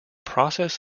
process